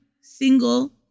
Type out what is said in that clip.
single